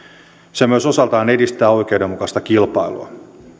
se myös osaltaan edistää oikeudenmukaista kilpailua